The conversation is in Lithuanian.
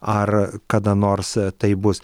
ar kada nors taip bus